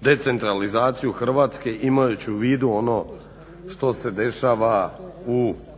decentralizaciju Hrvatske imajući u vidu ono što se dešava u EU što